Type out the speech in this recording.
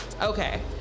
Okay